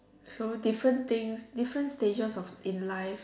so different things different stages of in life